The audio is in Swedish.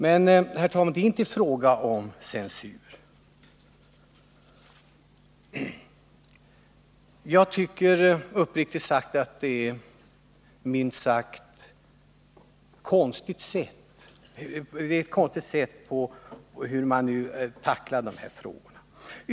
Men, herr talman, det är inte fråga om censur. Uppriktigt sagt är jag förvånad över det sätt som man tacklar dessa frågor på.